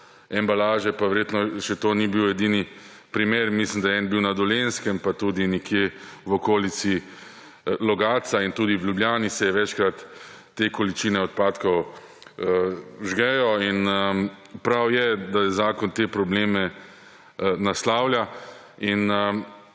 embalaže, pa verjetno še to ni bil edini primer. Mislim, da je en bil na Dolenjskem, pa tudi nekje v okolici Logatca in tudi v Ljubljani se večkrat te količine odpadkov vžgejo. Prav je, da zakon te probleme naslavlja in